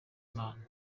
imana